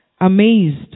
amazed